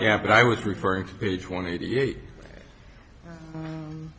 yeah but i was referring to page one eighty eight